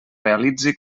realitzi